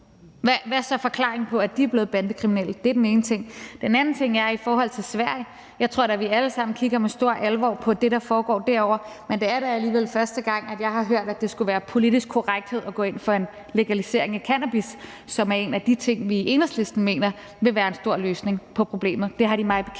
Hvad er så forklaringen på, at de er blevet bandekriminelle? Det er den ene ting. Den anden ting er, at jeg tror, at vi alle sammen kigger med stor alvor på det, der foregår i Sverige, men det er da alligevel første gang, at jeg har hørt, at det skulle være politisk korrekthed at gå ind for en legalisering af cannabis, som er en af de ting vi i Enhedslisten mener i høj grad vil kunne medvirke til at løse problemet. Det har de mig bekendt